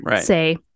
say